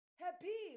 happy